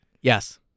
Yes